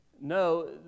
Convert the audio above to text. No